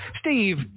Steve